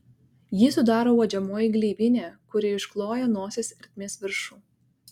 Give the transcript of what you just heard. jį sudaro uodžiamoji gleivinė kuri iškloja nosies ertmės viršų